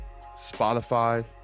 Spotify